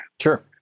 Sure